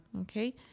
Okay